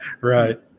right